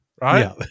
right